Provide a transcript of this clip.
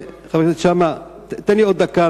חבר הכנסת שאמה, תן לי עוד דקה.